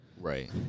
Right